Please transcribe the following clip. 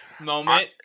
moment